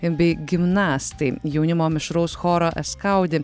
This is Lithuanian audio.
bei gimnastai jaunimo mišraus choro eskaudi